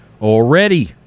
already